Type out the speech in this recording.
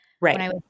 Right